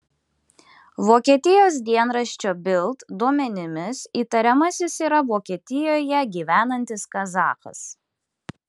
vokietijos dienraščio bild duomenimis įtariamasis yra vokietijoje gyvenantis kazachas